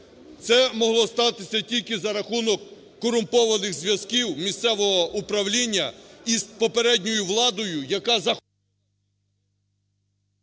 Це могло статися тільки за рахунок корумпованих зв'язків місцевого управління із попередньою владою, яка…